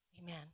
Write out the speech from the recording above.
Amen